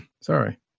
sorry